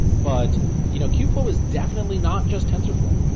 but you know kubeflow is definitely not just tensorflow.